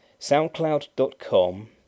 soundcloud.com